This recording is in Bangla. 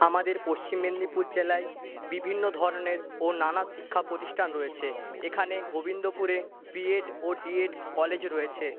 আমাদের পশ্চিম মেদনীপুর জেলায় বিভিন্ন ধরনের ও নানা শিক্ষা প্রতিষ্ঠান রয়েছে এখানে গোবিন্দপুরে বিএড ও ডিএড কলেজ রয়েছে